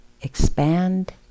expand